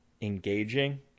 engaging